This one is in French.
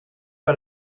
pas